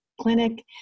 clinic